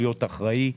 להיות אחראי בתקציב,